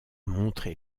montrer